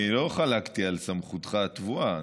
אני לא חלקתי על סמכותך הטבועה,